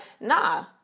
nah